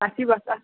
हाँसिबस